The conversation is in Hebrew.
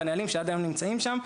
בנהלים שעד היום נמצאים שם,